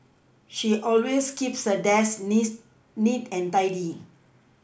she always keeps her desk needs neat and tidy